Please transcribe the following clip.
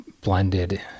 blended